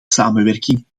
samenwerking